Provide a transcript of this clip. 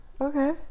okay